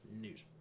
news